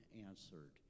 answered